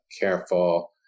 careful